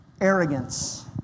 arrogance